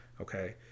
okay